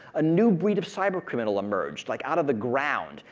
a new bread of cyber criminal emerged, like out of the ground,